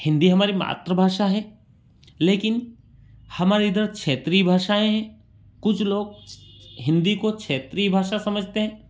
हिंदी हमारी मातृभाषा है लेकिन हमारे इधर क्षेत्रीय भाषाएँ हैं कुछ लोग हिंदी को क्षेत्रीय भाषा समझते हैं